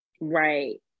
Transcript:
Right